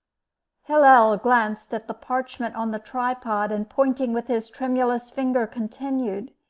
hillel glanced at the parchment on the tripod and, pointing with his tremulous finger, continued,